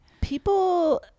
People